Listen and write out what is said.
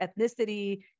ethnicity